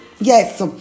Yes